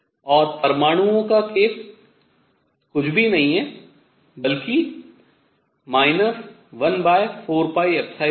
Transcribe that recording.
और परमाणुओं का केस कुछ भी नहीं बल्कि 14π0Ze2r है